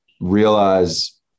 realize